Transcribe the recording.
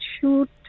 shoot